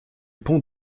pont